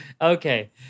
Okay